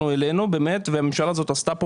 שאנחנו העלינו באמת הממשלה הזאת עשתה פה